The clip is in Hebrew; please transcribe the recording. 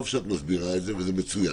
טוב שאת מסבירה את זה, וזה מצוין,